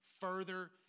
further